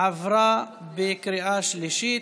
עברה בקריאה שלישית.